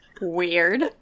Weird